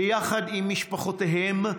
ביחד עם משפחותיהם,